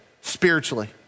spiritually